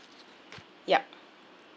yup